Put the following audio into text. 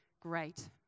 great